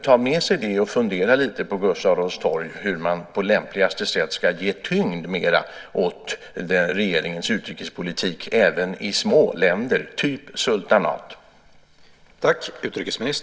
Ta med sig det och fundera lite på Gustav Adolfs torg över hur man på lämpligaste sätt ska ge mera tyngd åt regeringens utrikespolitik även i små länder typ sultanat.